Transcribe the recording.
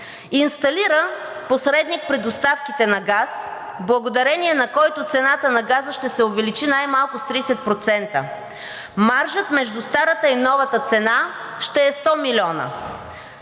Инсталира посредник при доставките на газ, благодарение на който цената на газа ще се увеличи най-малко с 30%. Маржът между старата и новата цена ще е 100 милиона